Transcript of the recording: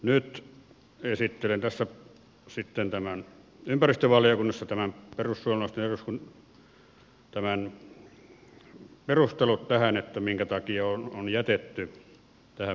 nyt esittelen tässä sitten nämä perustelut sille minkä takia on jätetty tähän mietintöön vastalause